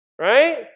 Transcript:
right